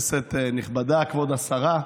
כנסת נכבדה, כבוד השרה,